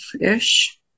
ish